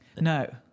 No